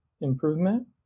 improvement